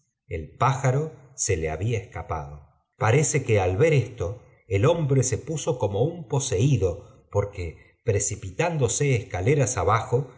el pájanro se le había escapado parece que al ver esto nel hombre se puso como un poseído porque precipitándose escaleras abajo